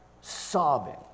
sobbing